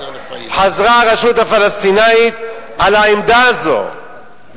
חזרה הרשות הפלסטינית על העמדה הזאת,